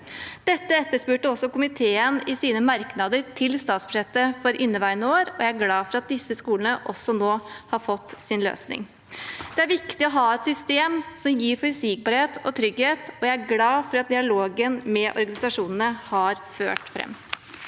Dette etterspurte komiteen i sine merknader til statsbudsjettet for inneværende år. Jeg er glad for at disse skolene også nå har fått sin løsning. Det er viktig å ha et system som gir forutsigbarhet og trygghet, og jeg er glad for at dialogen med organisasjonene har ført fram.